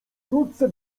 wkrótce